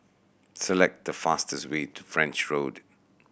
select the fastest way to French Road